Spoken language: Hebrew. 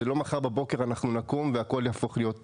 ולא מחר בבוקר אנחנו נקום והכל יהפוך להיות ורוד.